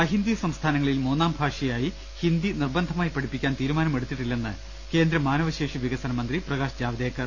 അഹിന്ദി സംസ്ഥാനങ്ങളിൽ മൂന്നാം ഭാഷയായി ഹിന്ദി നിർബന്ധ മായി പഠിപ്പിക്കാൻ തീരുമാനമെടുത്തിട്ടില്ലെന്ന് കേന്ദ്ര മാനവശേഷി വികസനമന്ത്രി പ്രകാശ് ജാവ്ദേക്കർ